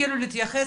ותתחילו להתייחס,